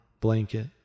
blanket